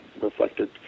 reflected